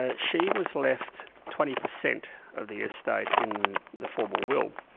ah she was left twenty percent of the estate in the formal will.